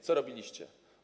Co robiliście?